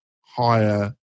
higher